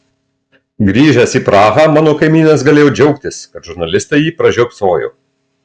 grįžęs į prahą mano kaimynas galėjo džiaugtis kad žurnalistai jį pražiopsojo